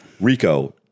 Rico